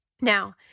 Now